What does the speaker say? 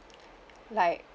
like